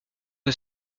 que